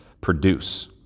produce